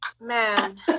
man